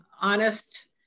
honest